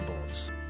boards